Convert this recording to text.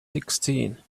sixteen